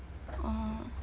oh